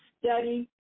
Study